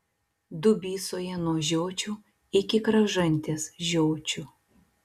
dubysoje nuo žiočių iki kražantės žiočių